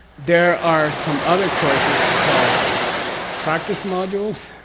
there are some other courses called practice modules,